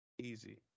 Easy